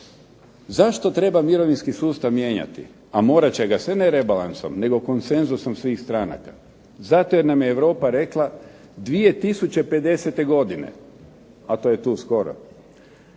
Zašto treba mirovinski sustav mijenjati a morat će ga se ne rebalansom nego konsenzusom svih stranaka zato jer nam je Europa rekla 2050. godine, a to je tu skoro.